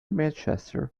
manchester